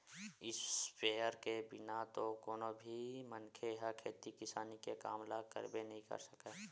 sprayer के बिना तो कोनो भी मनखे ह खेती किसानी के काम ल करबे नइ कर सकय